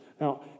Now